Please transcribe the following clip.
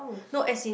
no as in